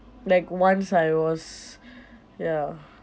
like once I was ya